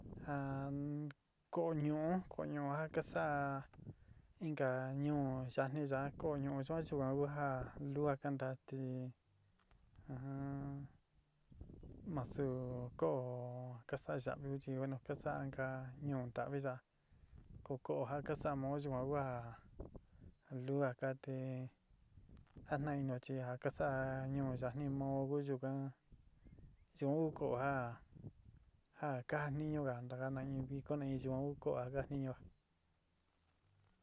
Ko'o ñu'ú ko'o ñu'u ja ka sa'a inka ñuú yani yaá ko'o ñu'u yuan ku ja luuga kanta te masu koo ka saa yavi un chi bueno chi ka sa'a inka ñuú ntavi ya, ko ko'o ka sa'a mao yuan kua lúa ka te jatna inió chi ja ka saa ñuú yani yuka ku in ko'o ja ja kajatniñuga taka nayiu viko yuan ku ko'o ja ka jatniñuga.